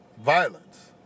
violence